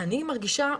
אני מרגישה,